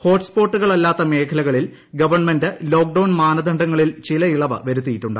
ഹോട്ട്സ്പോട്ടുകളല്ലാരുത്ത് മേഖലകളിൽ government lockdown മാനദണ്ഡങ്ങളിൽ ചില ഇളവ് വരുത്തിയിട്ടുണ്ട്